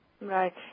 Right